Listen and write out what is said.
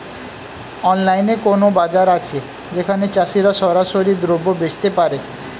অনলাইনে কোনো বাজার আছে যেখানে চাষিরা সরাসরি দ্রব্য বেচতে পারে?